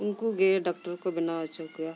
ᱩᱱᱠᱩ ᱜᱮ ᱰᱟᱠᱴᱚᱨ ᱠᱚ ᱵᱮᱱᱟᱣ ᱚᱪᱚ ᱠᱚᱣᱟ